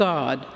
God